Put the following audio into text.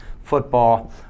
football